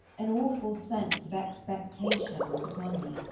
an awful sense of expectation was upon me,